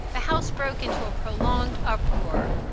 the house broke into a prolonged uproar.